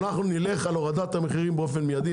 אנחנו נלך על הורדת המחירים באופן מידי,